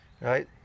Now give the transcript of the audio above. right